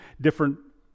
different